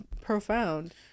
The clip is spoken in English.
profound